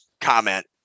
comment